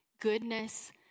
goodness